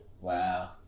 Wow